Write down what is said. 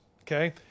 okay